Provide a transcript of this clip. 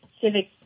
civic